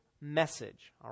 message